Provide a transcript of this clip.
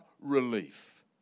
relief